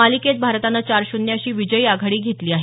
मालिकेत भारतानं चार शून्य अशी विजयी आघाडी घेतली आहे